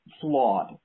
flawed